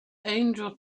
angel